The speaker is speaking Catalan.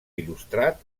il·lustrat